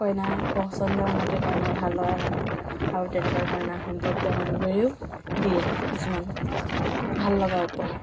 কইনাৰ পচণ্ডৰ মতে কইনাৰ ভাল লগা কাপোৰ আৰু তেনেকৈ কইনাৰ সম্পৰ্কীয় মানুহবোৰেও দিয়ে কিছুমান ভাল লগা উপহাৰ